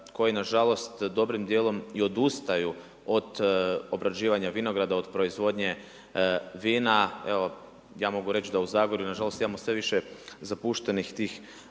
koji nažalost dobrim djelom i odustaju od obrađivanja vinograda, od proizvodnje vina, evo ja mogu reći da u Zagorju nažalost imamo sve više zapuštenih tih